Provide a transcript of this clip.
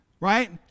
Right